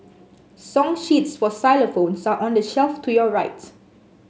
song sheets for xylophones are on the shelf to your right